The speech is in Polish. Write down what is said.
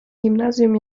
gimnazjum